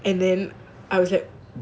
and then I was like